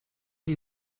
die